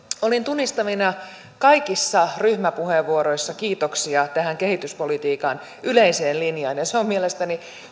olin tunnistavinani kaikissa ryhmäpuheenvuoroissa kiitoksia tähän kehityspolitiikan yleiseen linjaan ja se on mielestäni